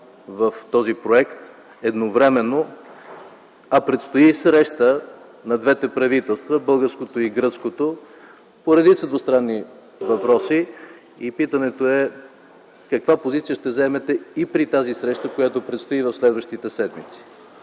в този проект, а предстои и среща на двете правителства – българското и гръцкото, по редица двустранни въпроси. И питането е: каква позиция ще вземете и при тази среща, която предстои в следващите седмици?